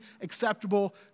acceptable